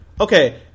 Okay